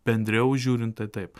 bendriau žiūrint tai taip